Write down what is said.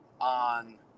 on